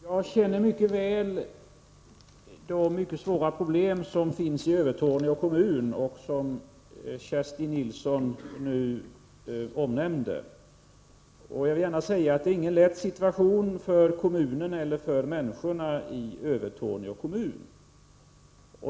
Herr talman! Jag känner väl till de mycket svåra problem som finns i Övertorneå kommun och som Kerstin Nilsson omnämner. Jag vill gärna säga att det inte är någon lätt situation för kommunen eller människorna där.